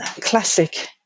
classic